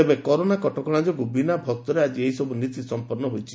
ତେବେ କରୋନା କଟକଣା ଯୋଗୁଁ ବିନା ଭକ୍ତରେ ଆକି ଏହି ସବୁ ନୀତି ସମ୍ମନ୍ନ ହୋଇଛି